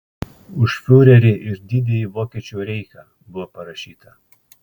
už fiurerį ir didįjį vokiečių reichą buvo parašyta